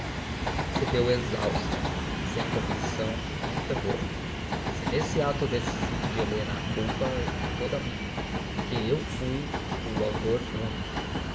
levasse cedeu exausta sem convicção nem fervor se nesse ato decisivo de helena há culpa é toda minha porque eu fui o autor único